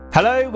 Hello